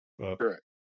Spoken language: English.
Correct